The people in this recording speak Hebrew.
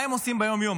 מה הם עושים ביום-יום?